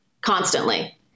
Constantly